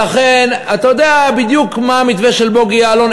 אתה יודע בדיוק מה המתווה של בוגי יעלון,